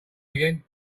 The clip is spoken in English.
again